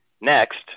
Next